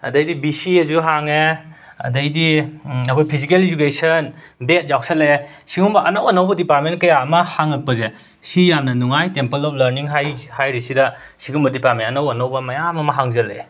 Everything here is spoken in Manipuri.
ꯑꯗꯩꯗꯤ ꯕꯤ ꯁꯤ ꯑꯦꯁꯨ ꯍꯥꯡꯉꯦ ꯑꯗꯩꯗꯤ ꯑꯩꯈꯣꯏ ꯐꯤꯖꯤꯀꯦꯜ ꯏꯖꯨꯀꯦꯁꯟ ꯕꯦꯠ ꯌꯥꯎꯁꯜꯂꯛꯑꯦ ꯁꯤꯒꯨꯝꯕ ꯑꯅꯧ ꯑꯅꯧꯕ ꯗꯤꯄꯥꯔꯠꯃꯦꯟ ꯀꯌꯥ ꯑꯃ ꯍꯥꯡꯉꯛꯄꯁꯦ ꯁꯤ ꯌꯥꯝꯅ ꯅꯨꯡꯉꯥꯏ ꯇꯦꯝꯄꯜ ꯑꯣꯞ ꯂꯔꯅꯤꯡ ꯍꯥꯏꯔꯤ ꯍꯥꯏꯔꯤꯁꯤꯗ ꯁꯤꯒꯨꯝꯕ ꯗꯤꯄꯥꯔꯠꯃꯦꯟ ꯑꯅꯧ ꯑꯅꯧꯕ ꯃꯌꯥꯝ ꯑꯃ ꯍꯥꯡꯖꯜꯂꯛꯑꯦ